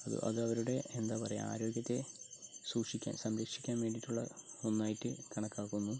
അത് അത് അവരുടെ എന്താ പറയാ ആരോഗ്യത്തെ സൂക്ഷിക്കാൻ സംരക്ഷിക്കാൻ വേണ്ടിയിട്ടുള്ള ഒന്നായിട്ട് കണക്കാക്കുന്നു